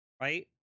right